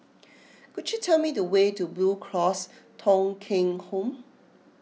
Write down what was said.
could you tell me the way to Blue Cross Thong Kheng Home